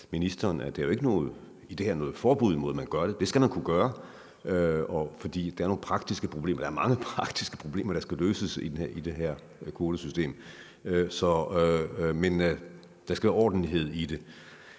i det her ikke er noget forbud mod, at man gør det. Det skal man kunne gøre, for der er mange praktiske problemer, der skal løses i det her kvotesystem, men der skal være ordentlighed i det.